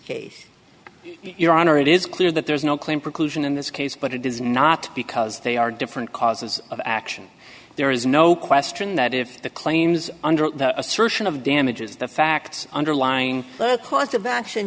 case your honor it is clear that there is no claim in this case but it does not because they are different causes of action there is no question that if the claims under assertion of damages the facts underlying cause of action